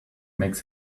makes